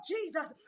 Jesus